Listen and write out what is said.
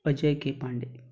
Ajay K Pandey